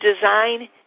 Design